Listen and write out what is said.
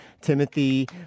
timothy